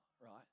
right